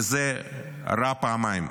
וזה רע פעמיים: